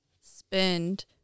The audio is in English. spend